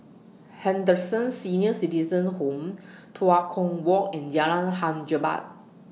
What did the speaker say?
Henderson Senior Citizens' Home Tua Kong Walk and Jalan Hang Jebat